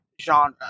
genre